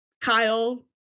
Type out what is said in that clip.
Kyle